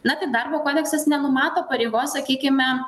na tai darbo kodeksas nenumato pareigos sakykime